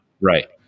Right